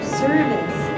service